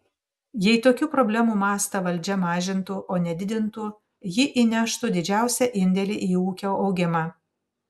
jei tokių problemų mastą valdžia mažintų o ne didintų ji įneštų didžiausią indėlį į ūkio augimą